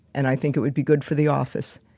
and i think it would be good for the office.